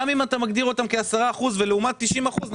אם אתה מגדיר אותם כ-10 אחוזים ולעומת 90 אחוזים,